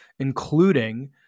including